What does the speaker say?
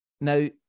Now